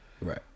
right